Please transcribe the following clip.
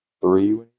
three